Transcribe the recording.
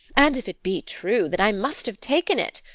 and if it be true, then i must have taken it.